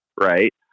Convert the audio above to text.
right